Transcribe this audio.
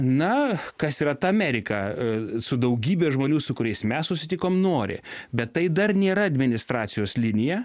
na kas yra ta amerika a su daugybe žmonių su kuriais mes susitikom nori bet tai dar nėra administracijos linija